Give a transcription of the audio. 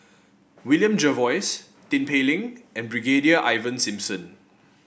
William Jervois Tin Pei Ling and Brigadier Ivan Simson